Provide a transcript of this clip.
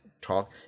talk